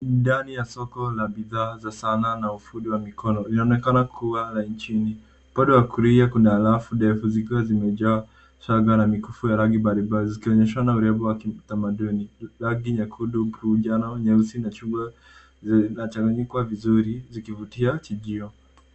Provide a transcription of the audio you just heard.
Ndani ya soko la sanaa na bidhaa za ufundi wa mikono. Linaonekana kuwa la nchini upande wa kulia kuna rafu ndefu zikiwa zimejaa shanga na mikufu ya rangi mbalimbali zikionyeshana urembo wa kitamaduni. Rangi 'nyekundu bluu njano, nyeusi, na chungwa zina changanyikwa vizuri zikivutia kijio.